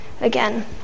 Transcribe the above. again